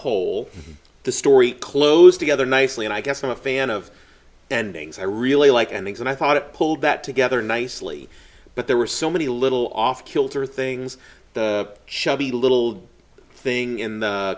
whole the story close together nicely and i guess i'm a fan of endings i really like and eggs and i thought it pulled that together nicely but there were so many little off kilter things shabby little thing in the